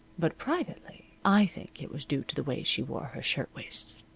but privately, i think it was due to the way she wore her shirtwaists.